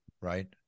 Right